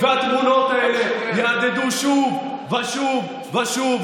התמונות האלה יהדהדו שוב ושוב ושוב,